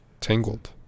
tangled